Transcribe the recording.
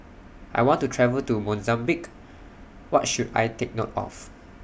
I want to travel to Mozambique What should I Take note of